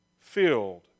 Filled